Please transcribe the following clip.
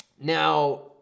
Now